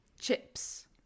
chips